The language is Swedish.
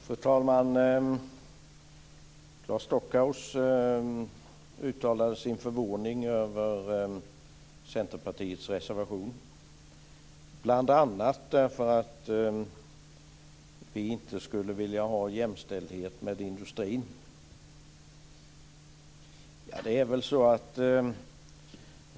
Fru talman! Claes Stockhaus uttalade sin förvåning över Centerpartiets reservation, bl.a. därför att vi inte skulle vilja ha jämställdhet med industrin.